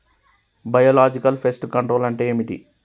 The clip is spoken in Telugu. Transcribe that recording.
బయోలాజికల్ ఫెస్ట్ కంట్రోల్ అంటే ఏమిటి?